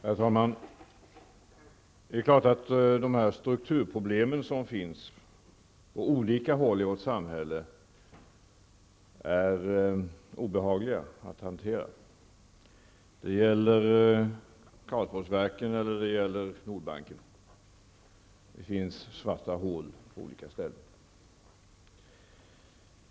Herr talman! Det är klart att de strukturproblem som finns på olika håll i vårt samhälle är obehagliga att hantera. Det gäller t.ex. Karlsborgsverken eller Nordbanken. Det finns svarta hål på olika ställen.